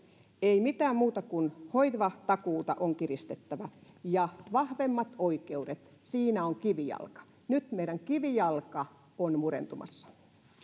ei mitään muuta kuin hoivatakuuta on kiristettävä ja vahvemmat oikeudet siinä on kivijalka nyt meidän kivijalka on murentumassa